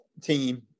team